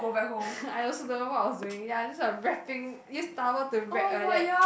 I also don't know what I was doing ya just a wrapping use towel to wrap like that